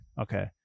Okay